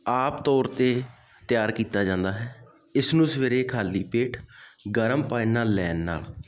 ਆਮ ਤੌਰ 'ਤੇ ਤਿਆਰ ਕੀਤਾ ਜਾਂਦਾ ਹੈ ਇਸ ਨੂੰ ਸਵੇਰੇ ਖਾਲੀ ਪੇਟ ਗਰਮ ਨਾਲ ਲੈਣ ਨਾਲ